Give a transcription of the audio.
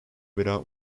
without